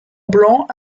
blanc